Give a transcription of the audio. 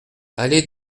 allée